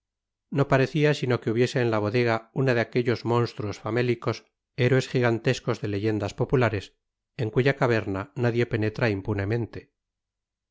no parecía sino que hubiese en la bodega uno de aquellos monstruos famélicos héroes jigantescos de leyendas populares en cuya caverna nadie penetra impunemente